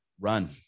run